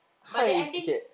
but the ending